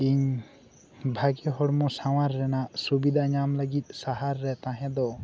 ᱤᱧ ᱵᱷᱟᱜᱮ ᱦᱚᱲᱢᱚ ᱥᱟᱶᱟᱨ ᱨᱮᱱᱟᱜ ᱥᱩᱵᱤᱫᱷᱟ ᱧᱟᱢ ᱞᱟᱹᱜᱤᱫ ᱥᱟᱦᱟᱨ ᱨᱮ ᱛᱟᱦᱮᱸ ᱫᱚ